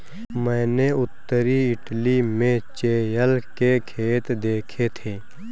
मैंने उत्तरी इटली में चेयल के खेत देखे थे